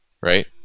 Right